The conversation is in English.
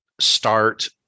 start